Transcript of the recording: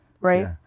Right